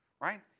right